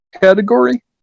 category